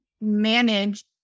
manage